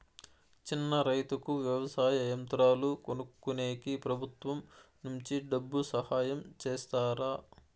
చిన్న రైతుకు వ్యవసాయ యంత్రాలు కొనుక్కునేకి ప్రభుత్వం నుంచి డబ్బు సహాయం చేస్తారా?